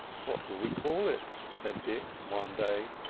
what will we call it? said dick one day,